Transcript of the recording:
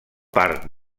part